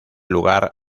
lugar